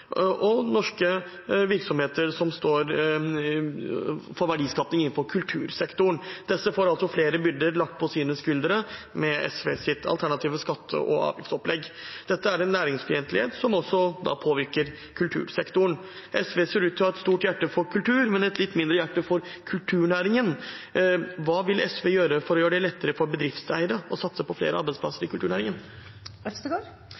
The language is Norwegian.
og norske virksomheter som står for verdiskaping innenfor kultursektoren. Disse får altså flere byrder lagt på sine skuldre med SVs alternative skatte- og avgiftsopplegg. Dette er en næringsfiendtlighet som også påvirker kultursektoren. SV ser ut til å ha et stort hjerte for kultur, men et litt mindre hjerte for kulturnæringen. Hva vil SV gjøre for å gjøre det lettere for bedriftseiere å satse på flere arbeidsplasser